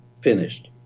finished